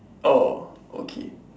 orh okay